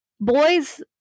boys